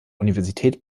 universität